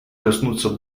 коснуться